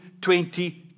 2020